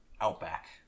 Outback